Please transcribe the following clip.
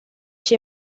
cei